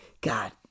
God